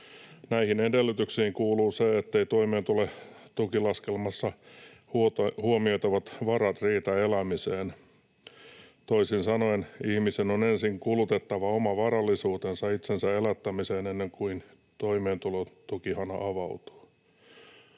Näihin edellytyksiin kuuluu se, etteivät toimeentulotukilaskelmassa huomioitavat varat riitä elämiseen. Toisin sanoen ihmisen on ensin kulutettava oma varallisuutensa itsensä elättämiseen ennen kuin toimeentulotukihana avautuu.